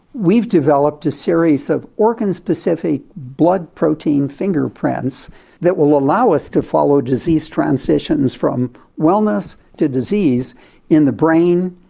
we've developed a series of organ-specific blood protein fingerprints that will allow us to follow disease transitions from wellness to disease in the brain,